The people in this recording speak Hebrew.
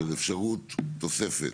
של אפשרות תוספת,